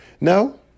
No